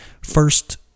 first